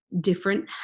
different